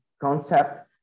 concept